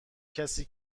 کسی